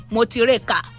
Motireka